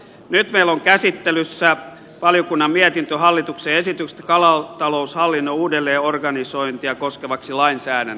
nyt meillä on käsittelyssä valiokunnan mietintö hallituksen esityksestä kalataloushallinnon uudelleenorganisointia koskevaksi lainsäädännöksi